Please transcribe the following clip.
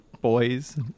Boys